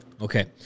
Okay